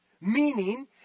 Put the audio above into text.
Meaning